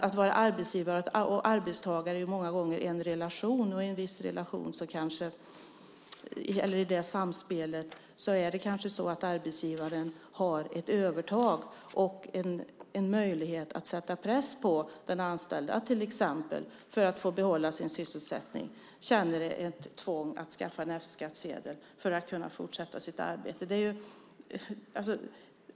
Att vara arbetsgivare och arbetstagare är många gånger en relation, och i det samspelet kanske arbetsgivaren har ett övertag och en möjlighet att sätta press på den anställde, som för att få behålla sin sysselsättning känner ett tvång att skaffa en F-skattsedel för att kunna fortsätta sitt arbete.